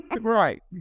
Right